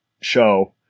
show